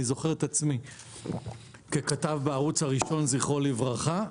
אני זוכר את עצמי ככתב בערוץ הראשון, זכרו לברכה,